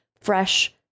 fresh